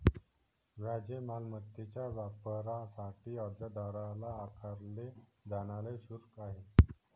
व्याज हे मालमत्तेच्या वापरासाठी कर्जदाराला आकारले जाणारे शुल्क आहे